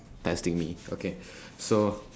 testing me okay so